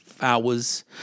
hours